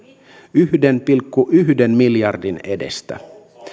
yhden pilkku yhden miljardin edestä